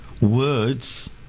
words